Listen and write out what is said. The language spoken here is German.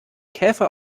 käfer